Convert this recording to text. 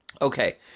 Okay